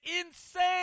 insane